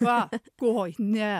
va koi ne